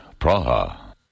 Praha